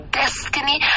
destiny